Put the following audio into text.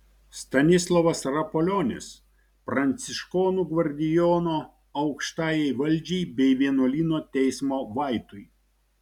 stanislovas rapolionis pranciškonų gvardijono aukštajai valdžiai bei vienuolyno teismo vaitui